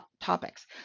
topics